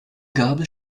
gabel